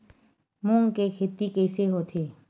मूंग के खेती कइसे होथे?